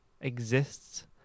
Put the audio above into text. exists